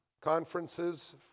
conferences